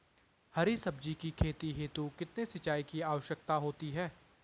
हरी सब्जी की खेती हेतु कितने सिंचाई की आवश्यकता होती है?